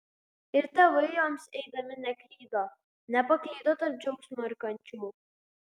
ir tėvai joms eidami neklydo nepaklydo tarp džiaugsmo ir kančių